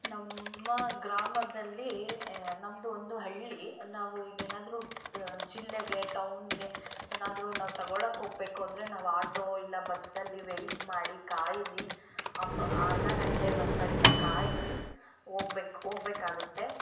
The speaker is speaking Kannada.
ನಮ್ಮ ಗ್ರಾಮದಲ್ಲಿ ನಮ್ಮದು ಒಂದು ಹಳ್ಳಿ ನಾವು ಈಗ ಏನಾದರು ಜಿಲ್ಲೆಗೆ ಟೌನ್ಗೆ ಏನಾದರು ನಾವು ತಗೋಳೊಕ್ ಹೋಗ್ಬೇಕು ಅಂದರೆ ನಾವು ಆಟೋ ಇಲ್ಲ ಬಸ್ಸಲ್ಲಿ ವೆಯ್ಟ್ ಮಾಡಿ ಕಾಯ್ದು ಅಫ್ ಅರ್ಧ ಗಂಟೆ ಒಂದು ಗಂಟೆ ಕಾಯ್ದು ಹೋಗ್ಬೇಕ್ ಹೋಗ್ಬೇಕಾಗುತ್ತೆ